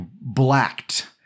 blacked